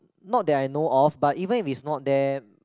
not that I know of but even if it's not there